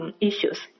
issues